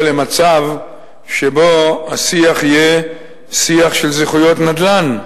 למצב שבו השיח יהיה שיח של זכויות נדל"ן,